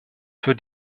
für